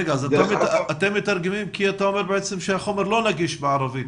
אתם מתרגמים כי אתה אומר שהחומר מטעם המשרד לא נגיש בערבית.